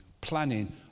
planning